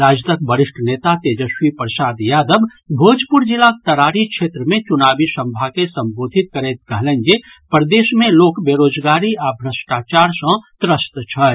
राजदक वरिष्ठ नेता तेजस्वी प्रसाद यादव भोजपुर जिलाक ततारी क्षेत्र मे चुनावी सभा के संबोधित करैत कहलनि जे प्रदेश मे लोक बेरोजगारी आ भ्रष्टाचार सँ त्रस्त छथि